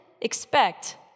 expect